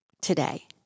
today